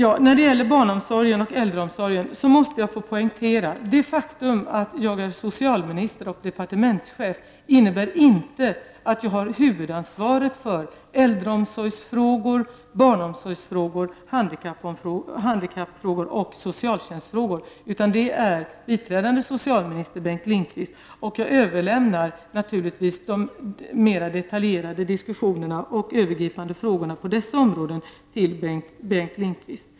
I fråga om barnomsorg och äldreomsorg måste jag få poängtera, att det faktum att jag är socialminister och departementschef inte innebär att jag har huvudansvaret för äldreomsorgsfrågor, barnomsorgsfrågor, handikappfrågor och socialtjänsten. Dessa frågor har biträdande socialminister Bengt Lindqvist ansvaret för, och jag överlåter naturligtvis de mer detaljerade diskussionerna och de övergripande frågorna på dessa områden till Bengt Lindqvist.